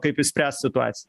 kaip išspręst situaciją